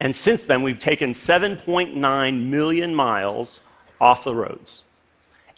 and since then, we've taken seven point nine million miles off the roads